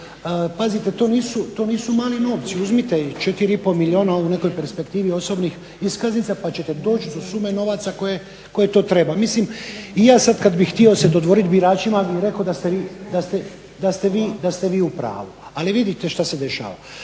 Pazite, to nisu mali novci, uzmite 4,5 milijuna u nekoj perspektivi osobnih iskaznica pa ćete doći do sume novaca koje to treba. Mislim, i ja sad kad bi htio se dodvorit biračima bi rekao da ste vi u pravu, ali vidite šta se dešava.